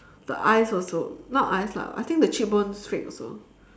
the eyes also not eyes lah I think the cheekbones fake also